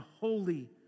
holy